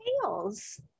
Tails